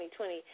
2020